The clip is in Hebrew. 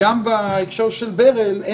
גם בהקשר של ברל כצנלסון,